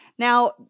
Now